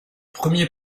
premier